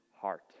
heart